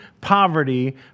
poverty